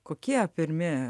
kokie pirmi